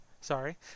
sorry